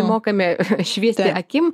mokame šviesti akim